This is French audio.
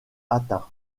atteint